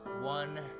one